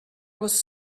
was